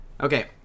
Okay